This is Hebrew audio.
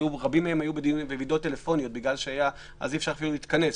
רבים מהם היו בוועידות טלפוניות כי אי-אפשר היה להתכנס.